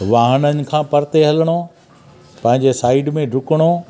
वाहननि खां परते हलिणो पंहिंजे साइड में डुकिणो